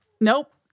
Nope